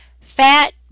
fat